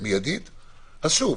אז שוב,